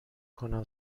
کنم